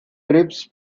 trips